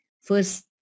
first